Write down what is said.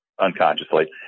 unconsciously